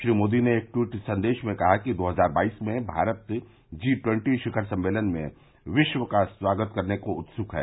श्री मोदी ने एक ट्वीट संदेश में कहा कि दो हजार बाईस में भारत जी ट्वेन्टी शिखर सम्मेलन में विश्व का स्वागत करने को उत्सुक है